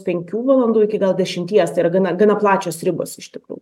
penkių valandų iki gal dešimties tai yra gana gana plačios ribos iš tikrųjų